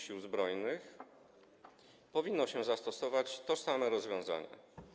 Sił Zbrojnych powinno się zastosować tożsame rozwiązania.